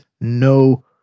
no